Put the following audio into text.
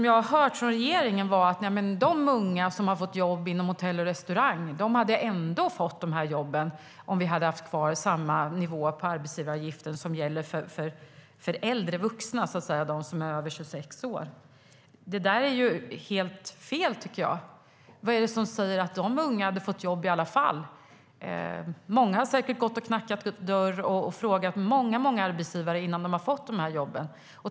Jag har hört regeringen hävda att de unga som fick jobb inom hotell och restaurang ändå hade fått jobben med samma nivå på arbetsgivaravgiften som för äldre vuxna, det vill säga för dem som är över 26 år. Det tycker jag är helt fel. Vad är det som säger att dessa unga hade fått jobb i alla fall? Många har säkert knackat dörr hos flera arbetsgivare innan de fått jobben.